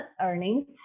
earnings